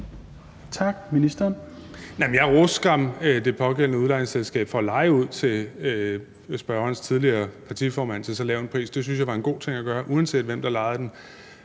Jeg roste skam det pågældende udlejningsselskab for at leje ud til spørgerens tidligere partiformand til så lav en pris. Det synes jeg var en god ting at gøre, uanset hvem der lejede den.